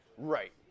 Right